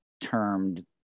termed